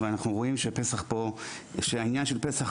אבל אנחנו רואים שבעניין של פס"ח,